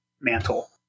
mantle